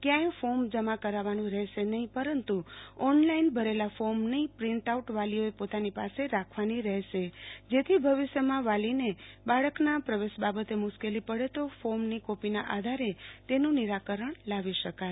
ક્યાંક ફોર્મ જમા કરાવવાનું રહેશે નફી પરંતુ ઓનલાઈન ભરેલા ફોર્મની પ્રિન્ટ આઉટ વાલીઓએ પોતાની પાસે રાખવાની રહેશે જેથી ભવિષ્યમાં વાલીને બાળકના પ્રવેશ બાબતે મુ શ્કેલી પડે તો ફોર્મની કોપીના આધારે નિરાકરણ લાવી શકાય